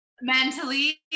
mentally